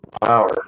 power